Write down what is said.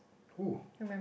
who